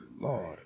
Lord